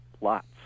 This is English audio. lots